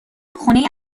خونه